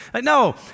no